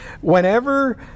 whenever